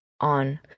on